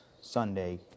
Sunday